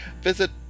visit